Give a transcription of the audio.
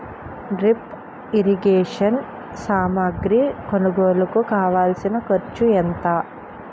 drip irrigation సామాగ్రి కొనుగోలుకు కావాల్సిన ఖర్చు ఎంత